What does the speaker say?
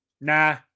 Nah